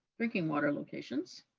drinking water locations.